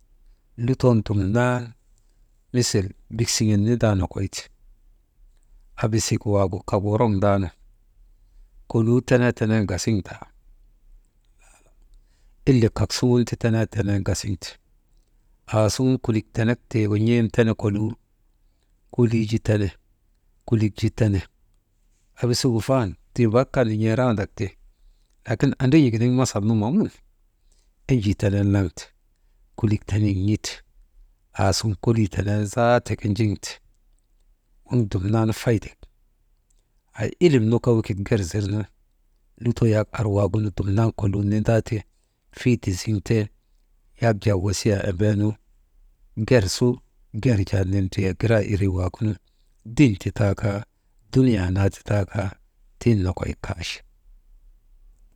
Luton dumnan misil bik siŋen nindaa nokoy ti, abasik waagu kak woroŋdaa nu koluu tenee teneenu gasiŋtaa, ile kak suŋun ti tenenen gasiŋte, aa suŋun kulik tenek tiigu n̰em tene koluu, kulik ju tene, abasigu fan tii bak kaa nin̰eerandak ti, lakin andran̰ik giniŋ masalnu manun enjii tenen laŋte, kulik tene n̰ete, aasuŋ kolii tenen zaate ke jiŋte, waŋ dumnan faydek haa ilim nu kaa ger zirnu, lutoo yak arwaagunu dumnan kolii nindaa ti, fiidi ziŋte yak jaa wasiyaa embeenu ger su ger jaa nindriyee giraa irii waagunu din ti taa kaa dunuyaa naa ti taa kaa tiŋ nokoy kay.